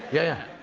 yeah.